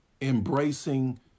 embracing